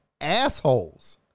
assholes